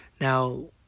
Now